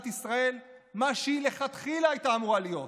ישראל מה שהיא מלכתחילה הייתה אמורה להיות: